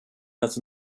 has